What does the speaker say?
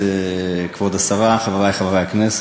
כבוד השרה, חברי חברי הכנסת,